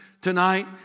tonight